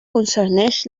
concerneix